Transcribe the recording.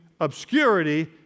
obscurity